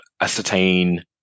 ascertain